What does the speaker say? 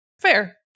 fair